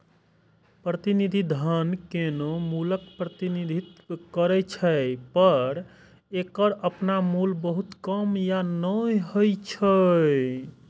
प्रतिनिधि धन कोनो मूल्यक प्रतिनिधित्व करै छै, पर एकर अपन मूल्य बहुत कम या नै होइ छै